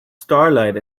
starlight